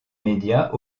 médias